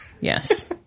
yes